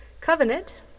Covenant